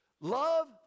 Love